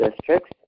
districts